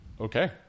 Okay